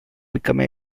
become